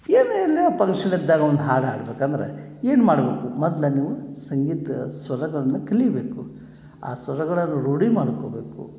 ಏನು ಇಲ್ಲೇ ಫಂಕ್ಷನ್ ಇದ್ದಾಗ ಒಂದು ಹಾಡು ಹಾಡಬೇಕಂದ್ರೆ ಏನು ಮಾಡಬೇಕು ಮೊದ್ಲು ನೀವು ಸಂಗೀತ ಸ್ವರಗಳನ್ನು ಕಲಿಬೇಕು ಆ ಸ್ವರಗಳನ್ನು ರೂಢಿ ಮಾಡ್ಕೋಬೇಕು